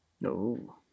no